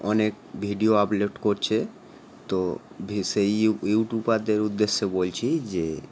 অনেক video upload করছে তো সেই ইউটিউবারদের উদ্দেশ্যে বলছি যে